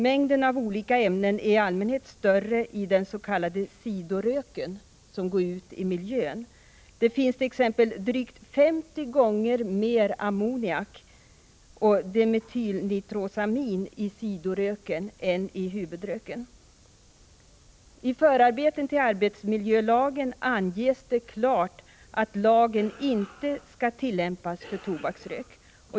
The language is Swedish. Mängden av olika ämnen är i allmänhet större i dens.k. sidoröken som går ut i miljön. Det finns t.ex. drygt 50 gånger mer ammoniak och dimetylnitrosamin i sidoröken än i huvudröken. I förarbetena till arbetsmiljölagen anges det klart att lagen inte skall tillämpas för tobaksrök.